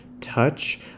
Touch